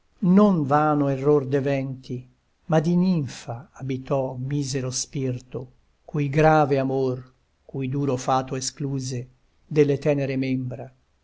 non vano error de venti ma di ninfa abitò misero spirto cui grave amor cui duro fato escluse delle tenere membra